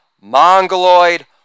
mongoloid